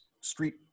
street